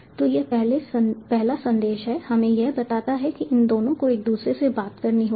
तो यह पहला संदेश हमें यह बताता है कि इन दोनों को एक दूसरे से बात करनी होगी